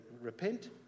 repent